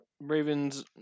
Ravens